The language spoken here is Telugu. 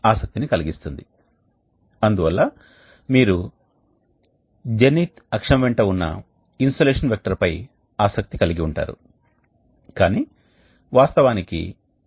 కాబట్టి గ్యాస్ స్ట్రీమ్ బయటకు వెళ్తుంది కానీ గ్యాస్ స్ట్రీమ్ బయటకు వెళుతున్నప్పుడు మేము ఇప్పటికే కొంత మొత్తంలో వేడిని సంగ్రహించాము మరియు అది మొదటి బెడ్లోని నిల్వ పదార్థంలో నిల్వ చేయబడుతోంది